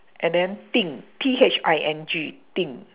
and then thing T H I N G thing